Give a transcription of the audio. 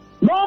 No